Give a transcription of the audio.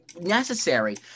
necessary